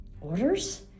Orders